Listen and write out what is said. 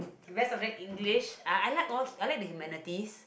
rest of the English I I like all I like the humanities